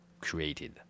created